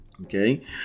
okay